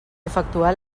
efectuat